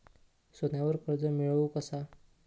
सोन्यावर कर्ज मिळवू कसा?